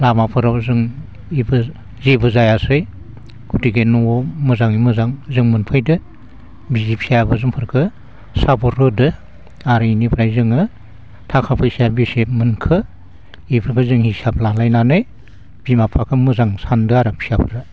लामाफोराव जों इफोर जेबो जायासै गथिखे न'आव मोजाङै मोजां जों मोनफैदो बिसि फिसायाबो जोंखोफोरखो सापर्ट होदो आर इनिफ्राय जोङो थाखा फैसाया बेसे मोनखो एफोरखौ जों हिसाब लालायनानै बिमा बिफाखौ मोजां सानदो आरो फिसाफ्रा